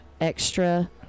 extra